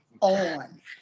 on